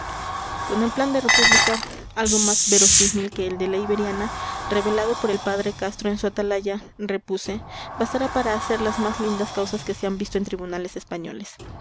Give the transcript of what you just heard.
esos hombres con el plan de república algo más verosímil que el de la iberiana revelado por el padre castro en su atalaya repuse bastará para hacer las más lindas causas que se han visto en tribunales españoles